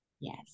Yes